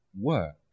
work